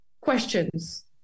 questions